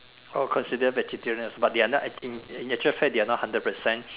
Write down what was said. oh consider vegetarians but they are not in in actual fact they are not hundred percent